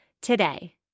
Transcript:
today